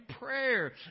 prayer